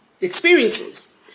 experiences